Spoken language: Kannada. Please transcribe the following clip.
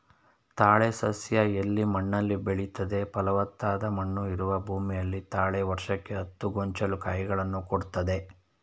ತಾಳೆ ಸಸ್ಯ ಎಲ್ಲ ಮಣ್ಣಲ್ಲಿ ಬೆಳಿತದೆ ಫಲವತ್ತಾದ ಮಣ್ಣು ಇರುವ ಭೂಮಿಯಲ್ಲಿ ತಾಳೆ ವರ್ಷಕ್ಕೆ ಹತ್ತು ಗೊಂಚಲು ಕಾಯಿಗಳನ್ನು ಕೊಡ್ತದೆ